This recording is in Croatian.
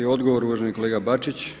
Odgovor uvaženi kolega Bačić.